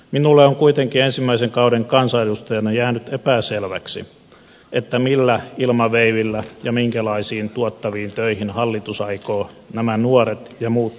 minulle on kuitenkin ensimmäisen kauden kansanedustajana jäänyt epäselväksi millä ilmaveivillä ja minkälaisiin tuottaviin töihin hallitus aikoo nämä nuoret ja muut työttömät työllistää